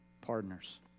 partners